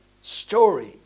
story